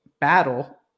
battle